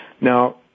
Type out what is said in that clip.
Now